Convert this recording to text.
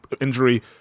injury